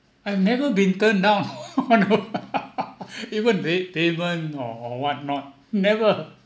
I've never been turned down all the while even payment or or what not never